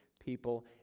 people